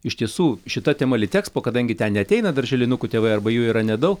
iš tiesų šita tema litexpo kadangi ten neateina darželinukų tėvai arba jų yra nedau